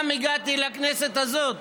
גם, כשהגעתי לכנסת הזאת